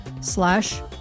slash